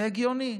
זה הגיוני,